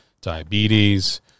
diabetes